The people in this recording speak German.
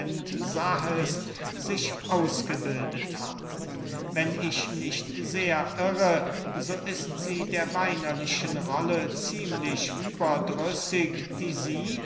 sahest sich ausgebildet hat wenn ich nicht sehr irre so ist sie der weinerlichen rolle ziemlich überdrüssig die sie